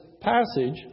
passage